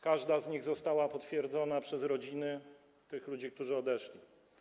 Każda z nich została potwierdzona przez rodziny tych ludzi, którzy odeszli.